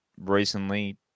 recently